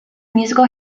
musical